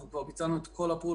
אנחנו כבר ביצענו את כל הפעולות.